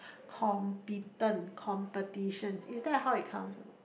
competent competitions is that how it counts a not